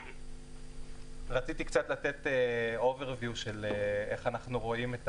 רציתי לתת "אובר-וויו" של איך אנחנו רואים את